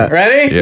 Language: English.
ready